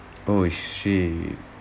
oh shit